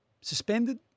Suspended